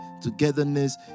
togetherness